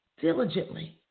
diligently